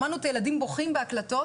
שמענו את הילדים בוכים בהקלטות.